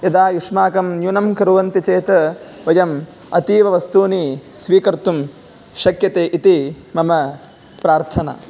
यदा युष्माकं न्यूनं कुर्वन्ति चेत् वयम् अतीववस्तूनि स्वीकर्तुं शक्यते इति मम प्रार्थना